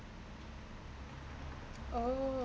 oh